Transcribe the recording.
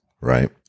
right